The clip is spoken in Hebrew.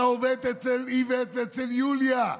אתה עובד אצל איווט ואצל יוליה,